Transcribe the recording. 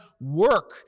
work